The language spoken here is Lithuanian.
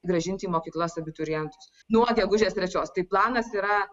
grąžinti į mokyklas abiturientus nuo gegužės trečios tai planas yra